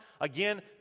Again